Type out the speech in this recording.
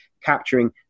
capturing